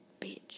Bitch